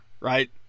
right